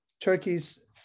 Turkey's